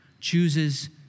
chooses